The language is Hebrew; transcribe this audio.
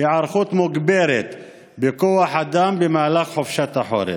היערכות מוגברת בכוח אדם במהלך חופשת החורף.